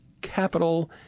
capital